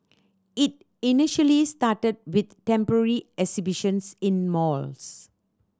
it initially started with temporary exhibitions in malls